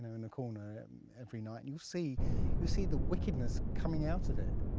in the corner and every night you see you see the wickedness coming out of it.